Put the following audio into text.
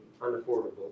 unaffordable